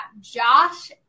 Josh